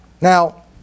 Now